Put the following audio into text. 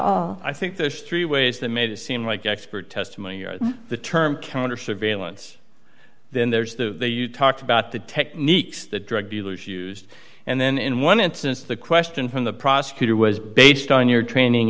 all i think there's three ways that made it seem like expert testimony or the term counter surveillance then there's the you talked about the techniques the drug dealers used and then in one instance the question from the prosecutor was based on your training